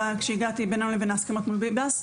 כשהגעתי היה פער --- לבין ההסכמות מול ביבס.